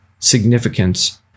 significance